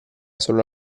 solo